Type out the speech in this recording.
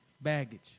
Baggage